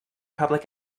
public